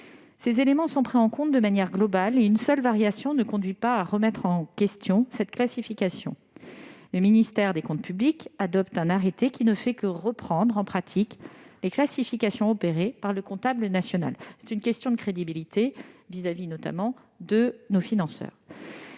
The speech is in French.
Ces éléments sont pris en compte de manière globale. Une seule variation ne conduit pas à remettre en question cette classification. Le ministère chargé des comptes publics adopte un arrêté qui ne fait que reprendre, en pratique, les classifications opérées par le comptable national. C'est une question de crédibilité, notamment à l'endroit de nos financeurs.